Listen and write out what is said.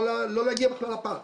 לא להגיע בכלל לפארק.